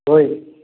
होय